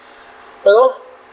you know